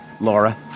Laura